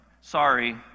Sorry